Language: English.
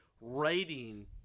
writing